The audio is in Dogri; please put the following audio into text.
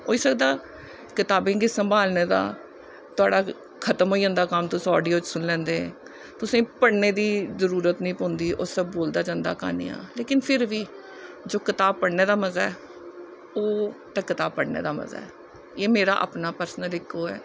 होई सकदा कताबें गी संभालने दा तोआढ़ा खत्म होई जंदा कम्म तुस आडियो च सुनी लैंदे तुसें गी पढ़ने दी जरूरत नेईं पौंंदी ओह् सब बोलदा जंदा क्हानियां लेकिन फिर बी जो कताब पढ़ने दा मजा ऐ ओह् ते कताब पढ़ने दा मजा ऐ एह् मेरा अपना पर्सनल इक ओह् ऐ